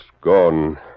gone